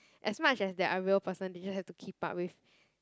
as much as they are a real person they don't have to keep up with